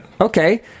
okay